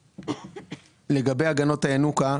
לעמדת הגנות הינוקא.